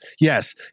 Yes